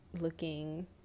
looking